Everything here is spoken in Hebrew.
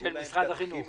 אמרו להם: תתחילו לבנות.